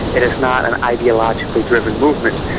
it is not an ideologically driven movement.